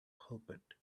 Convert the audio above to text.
pulpit